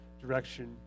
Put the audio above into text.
direction